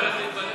אני הולך להתפלל.